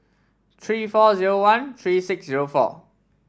three four zero one three six zero four